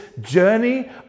journey